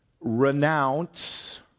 renounce